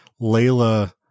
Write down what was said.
Layla